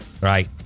Right